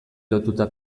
lotuta